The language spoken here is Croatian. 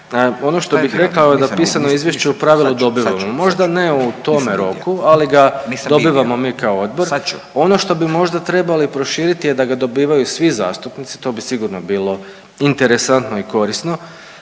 ono što bih rekao je da pisano izvješće u pravilu dobivamo, možda ne u tome roku, ali ga dobivamo mi kao odbor. Ono što bi možda trebali proširiti je da ga dobivaju svi zastupnici, to bi sigurno bilo interesantno i korisno,